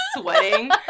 sweating